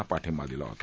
यांनी पाठिंबा दिला होता